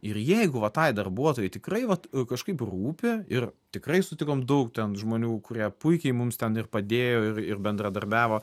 ir jeigu va tai darbuotojai tikrai vat kažkaip rūpi ir tikrai sutikom daug ten žmonių kurie puikiai mums ten ir padėjo ir ir bendradarbiavo